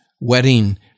wedding